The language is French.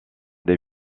des